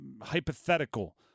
hypothetical